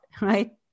right